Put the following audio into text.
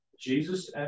Jesus